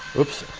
oops.